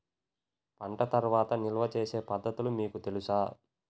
పంట తర్వాత నిల్వ చేసే పద్ధతులు మీకు తెలుసా?